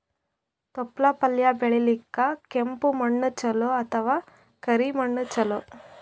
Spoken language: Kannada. ತೊಪ್ಲಪಲ್ಯ ಬೆಳೆಯಲಿಕ ಕೆಂಪು ಮಣ್ಣು ಚಲೋ ಅಥವ ಕರಿ ಮಣ್ಣು ಚಲೋ?